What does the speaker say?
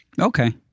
Okay